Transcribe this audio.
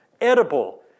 edible